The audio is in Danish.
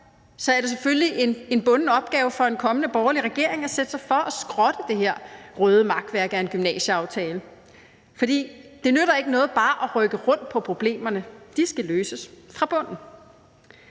er det selvfølgelig en bunden opgave for en kommende borgerlig regering at sætte sig for at skrotte det her røde makværk af en gymnasieaftale, for det nytter ikke noget bare at rykke rundt på problemerne; de skal løses fra bunden.